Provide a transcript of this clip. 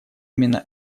именно